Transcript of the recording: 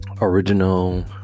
original